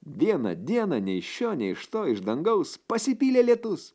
vieną dieną nei iš šio nei iš to iš dangaus pasipylė lietus